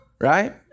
right